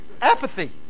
Apathy